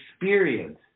experience